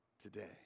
today